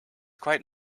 quite